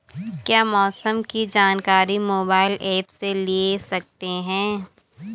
क्या मौसम की जानकारी मोबाइल ऐप से ले सकते हैं?